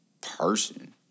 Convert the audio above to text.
person